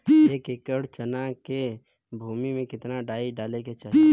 एक एकड़ चना के भूमि में कितना डाई डाले के चाही?